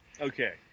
Okay